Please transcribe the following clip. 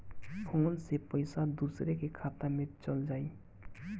Phone से पईसा दूसरे के खाता में चल जाई?